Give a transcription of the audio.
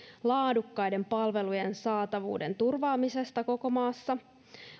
laadukkaiden palvelujen saatavuuden turvaamisesta koko maassa